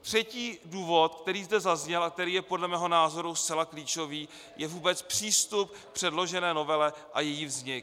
Třetí důvod, který zde zazněl a který je podle mého názoru zcela klíčový, je vůbec přístup k předložené novele a její vznik.